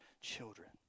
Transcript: children